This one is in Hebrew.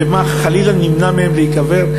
ומה, חלילה נמנע מהם להיקבר?